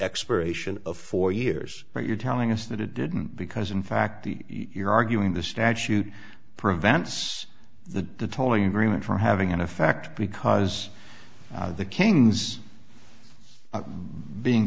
expiration of four years but you're telling us that it didn't because in fact you're arguing the statute prevents the tolling agreement for having an effect because the kings being